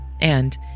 and